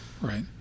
right